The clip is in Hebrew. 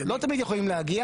לא תמיד הם יכולים להגיע.